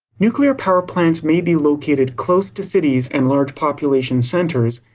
nuclear power plants may be located close to cities and large population centers,